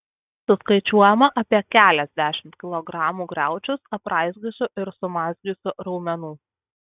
suskaičiuojama apie keliasdešimt kilogramų griaučius apraizgiusių ir sumazgiusių raumenų